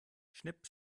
schnipp